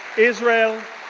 israel,